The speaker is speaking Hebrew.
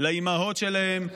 לאימהות שלהם,